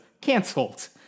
canceled